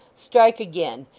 strike again.